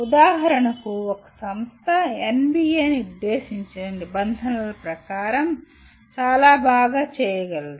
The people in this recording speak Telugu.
ఉదాహరణకు ఒక సంస్థ NBA నిర్దేశించిన నిబంధనల ప్రకారం చాలా బాగా చేయగలదు